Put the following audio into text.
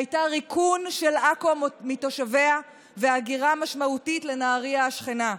הייתה ריקון של עכו מתושביה והגירה משמעותית לנהריה השכנה.